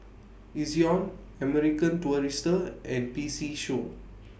Ezion American Tourister and P C Show